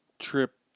Trip